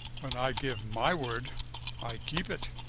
when i give my word i keep it.